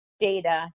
data